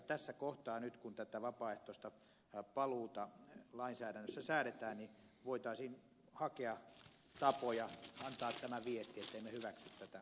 tässä kohtaa nyt kun tätä vapaaehtoista paluuta lainsäädännössä säädetään voitaisiin hakea tapoja antaa tämä viesti että emme hyväksy tätä turvapaikkaturismia